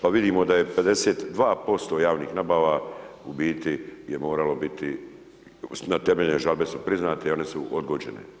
Pa vidimo da je 52% javnih nabava u biti je moralo biti, temeljne žalbe su priznate i one su odgođene.